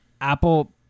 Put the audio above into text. Apple